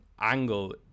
angle